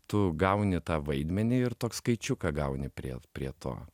tu gauni tą vaidmenį ir toks skaičiuką gauni prie prie to